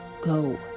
go